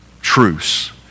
truce